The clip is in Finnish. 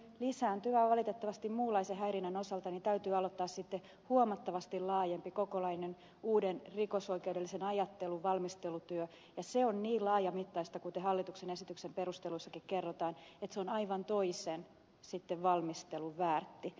tämmöisen lisääntyvän valitettavasti muunlaisen häirinnän osalta täytyy aloittaa sitten huomattavasti laajempi kokonaan uuden rikosoikeudellisen ajattelun valmistelutyö ja se on niin laajamittaista kuten hallituksen esityksen perusteluissakin kerrotaan että se on sitten aivan toisen valmistelun väärti